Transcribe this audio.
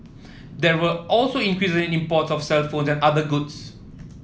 there were also increase imports of cellphone and other goods